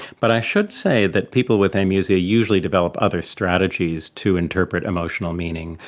but i should say that people with amusia usually develop other strategies to interpret emotional meaning.